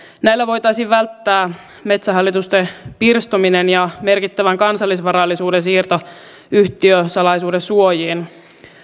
näillä voitaisiin välttää metsähallituksen pirstominen ja merkittävän kansallisvarallisuuden siirto yhtiösalaisuuden suojiin